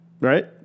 Right